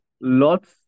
lots